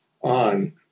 on